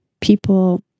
people